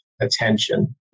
attention